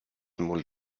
mul